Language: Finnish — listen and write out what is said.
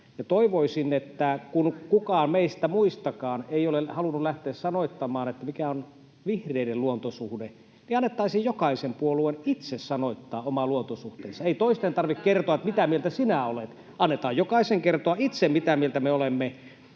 toivoisin, että kun kukaan meistä muistakaan ei ole halunnut lähteä sanoittamaan, mikä on vihreiden luontosuhde, niin annettaisiin jokaisen puolueen itse sanoittaa oma luontosuhteensa. [Mari Holopaisen välihuuto] Ei toisten tarvitse kertoa, mitä mieltä sinä olet. Annetaan jokaisen kertoa itse, mitä mieltä me olemme.